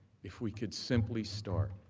if we could simply start,